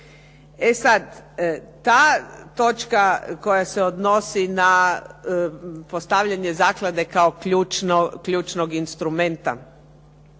E sada, ta točka koja se odnosi na postavljanje zaklade kao ključnog instrumenta